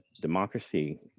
democracy